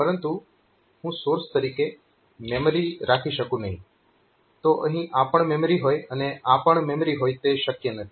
પરંતુ હું સોર્સ તરીકે મેમરી રાખી શકું નહિ તો અહીં આ પણ મેમરી હોય અને આ પણ મેમરી હોય તે શક્ય નથી